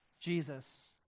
Jesus